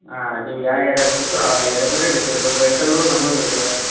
ಹಾಂ ನೀವು ಯಾವ ಏರ್ಯಾಗೆ ಹೋಗುತ್ತೋ ಆ ಏರ್ಯಾ ಮೇಲೆ ಡಿಪೆಂಡು ವೈಕಲ್ಲು ನಮ್ಮವ್ ಇದೆ